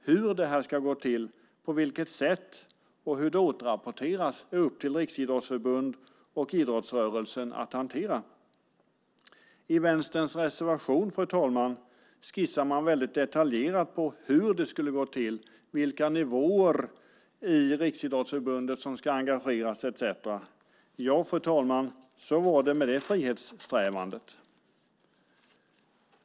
Hur det ska gå till, på vilket sätt och hur det återrapporteras är upp till Riksidrottsförbundet och idrottsrörelsen att hantera. Fru talman! I Vänsterns reservation skissar man detaljerat på hur det skulle gå till, vilka nivåer i Riksidrottsförbundet som ska engageras etcetera. Så var det med det frihetssträvandet, fru talman.